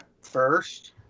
First